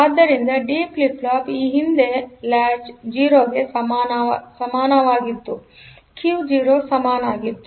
ಆದ್ದರಿಂದ D flip flop ಈ ಹಿಂದೆ ಈ ಲಾಚ್ 0 ಗೆ ಸಮಾನವಾಗಿತ್ತುQ 0 ಗೆ ಸಮನಾಗಿತ್ತು